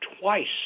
twice